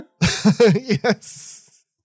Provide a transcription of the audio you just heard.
Yes